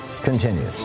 continues